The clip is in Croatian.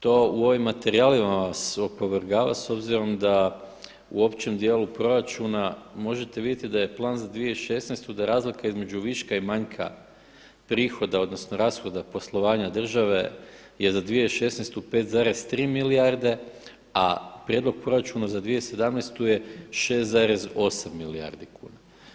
To u ovim materijalima vas opovrgava s obzirom da u općem djelu proračuna možete vidjeti da je plan za 2016. da razlika između viška i manjka prihoda odnosno rashoda poslovanja države je za 2016. 5,3 milijarde a prijedlog proračuna za 2017. je 6,8 milijardi kuna.